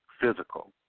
physical